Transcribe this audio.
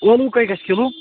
ٲلو کٔہہ گَژھِ کلو